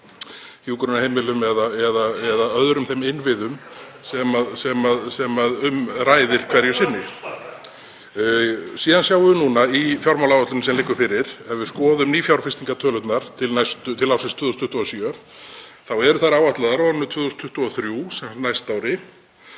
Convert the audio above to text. hjúkrunarheimilum eða öðrum þeim innviðum sem um ræðir hverju sinni. Síðan sjáum við núna í fjármálaáætluninni sem liggur fyrir, ef við skoðum nýfjárfestingartölurnar til ársins 2027, þá eru þær áætlaðar á árinu 2023, á næsta ári,